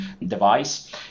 device